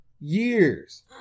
years